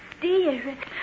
dear